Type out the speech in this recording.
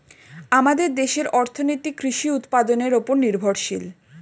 আমাদের দেশের অর্থনীতি কৃষি উৎপাদনের উপর নির্ভরশীল